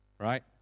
right